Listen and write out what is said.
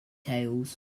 tales